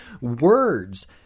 words